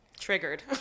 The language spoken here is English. triggered